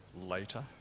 later